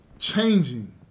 Changing